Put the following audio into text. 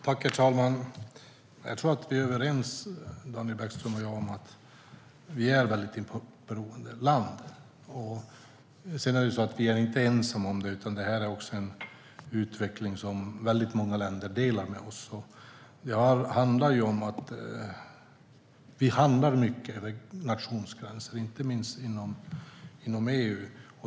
Herr talman! Jag tror att Daniel Bäckström och jag är överens om att vi är ett mycket importberoende land. Men vi är inte ensamma om det. Det är en utveckling som vi delar med många andra länder. Det har att göra med att vi handlar mycket över nationsgränser, inte minst inom EU.